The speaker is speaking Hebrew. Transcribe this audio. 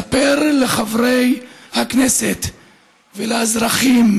ספר לחברי הכנסת ולאזרחים: